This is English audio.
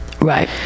Right